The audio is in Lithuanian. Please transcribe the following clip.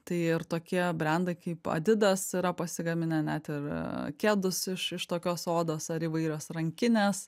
tai ir tokie brendai kaip adidas yra pasigaminę net ir kedus iš iš tokios odos ar įvairios rankinės